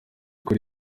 kuri